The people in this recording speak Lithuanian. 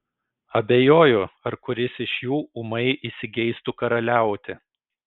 abejoju ar kuris iš jų ūmai įsigeistų karaliauti